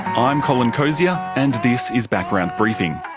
i'm colin cosier and this is background briefing.